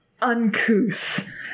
uncouth